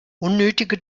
unnötige